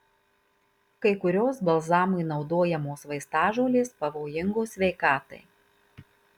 kai kurios balzamui naudojamos vaistažolės pavojingos sveikatai